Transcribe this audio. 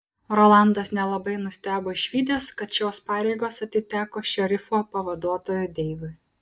rolandas nelabai nustebo išvydęs kad šios pareigos atiteko šerifo pavaduotojui deivui